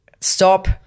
Stop